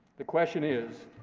the question is,